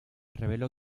reveló